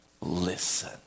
listen